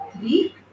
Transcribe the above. three